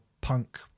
punk